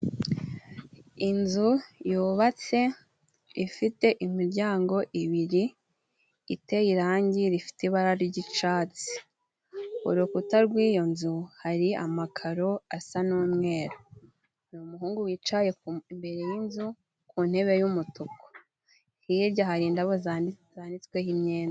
Inzu yubatse ifite imiryango ibiri iteye irangi rifite ibara ry'icatsi, urukuta rw'iyo nzu hari amakaro asa n'umweru, umuhungu wicaye imbere y'inzu ku ntebe y'umutuku, hirya hari indabo zandi zanitsweho imyenda.